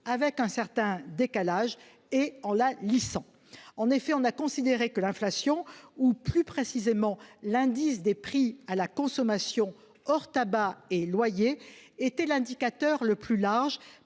avec un certain décalage et en la lissant. On a en effet considéré que l'inflation, ou plus précisément l'indice des prix à la consommation hors tabac et loyers, était l'indicateur le plus large